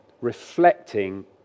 reflecting